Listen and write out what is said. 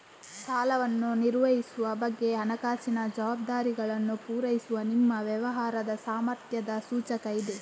ಸಾಲವನ್ನು ನಿರ್ವಹಿಸುವ ಬಗ್ಗೆ ಹಣಕಾಸಿನ ಜವಾಬ್ದಾರಿಗಳನ್ನ ಪೂರೈಸುವ ನಿಮ್ಮ ವ್ಯವಹಾರದ ಸಾಮರ್ಥ್ಯದ ಸೂಚಕ ಇದೆ